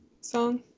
song